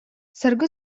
саргы